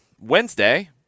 Wednesday